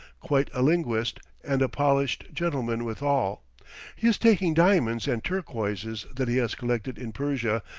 quite a linguist, and a polished gentleman withal. he is taking diamonds and turquoises that he has collected in persia,